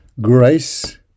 grace